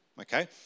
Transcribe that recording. okay